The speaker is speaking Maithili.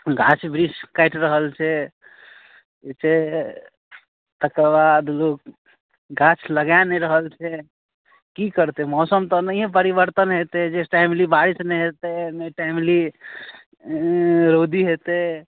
गाछ बृक्ष काटि रहल छै जे छै तकर बाद लोग गाछ लगै नहि रहल छै कि करतै मौसम तऽ ओनाहिये परिवर्तन एतै जे टाइमली बारिश नहि हेतै नहि टाइमली ओ रौदी हेतै